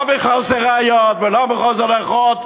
לא מחוסר ראיות ולא מחוסר הוכחות,